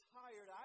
tired